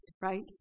right